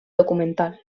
documental